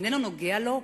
זה איננו נוגע לו?